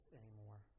anymore